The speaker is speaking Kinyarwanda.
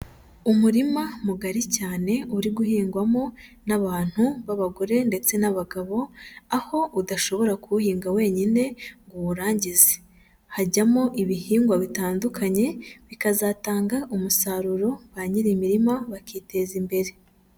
Umurima mugari cyane uri guhingwamo n'abantu b'abagore ndetse n'abagabo, aho udashobora kuwuhinga wenyine ngo uwurangize. Hajyamo ibihingwa bitandukanye bikazatanga umusaruro, ba nyiri mirima bakiteza imbere.